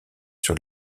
sur